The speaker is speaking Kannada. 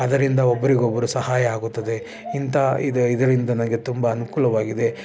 ಅದರಿಂದ ಒಬ್ಬರಿಗೊಬ್ರು ಸಹಾಯ ಆಗುತ್ತದೆ ಇಂಥ ಇದೆ ಇದರಿಂದ ನನಗೆ ತುಂಬ ಅನುಕೂಲವಾಗಿದೆ